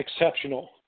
exceptional